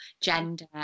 gender